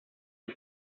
ist